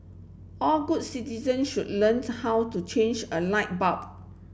all good citizen should learns how to change a light bulb